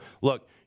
look